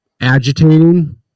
agitating